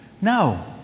No